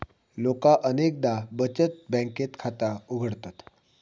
लोका अनेकदा बचत बँकेत खाता उघडतत